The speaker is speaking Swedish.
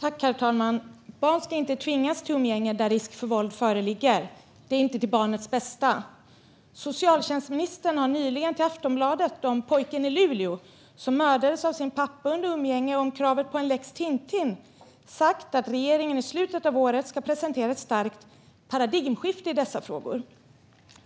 Herr talman! Barn ska inte tvingas till umgänge där risk för våld föreligger. Det ligger inte i barnets bästa. När det gäller den pojke i Luleå som mördades av sin pappa under umgänge och kravet på en lex Tintin sa socialtjänstministern till Aftonbladet nyligen att regeringen i slutet av året ska presentera ett starkt paradigmskifte i dessa frågor.